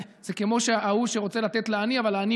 זה כמו ההוא שרוצה לתת לעני אבל העני